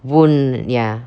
wound ya